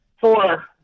four